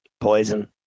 Poison